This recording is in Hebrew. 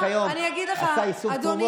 כמי שמאמין בציונות,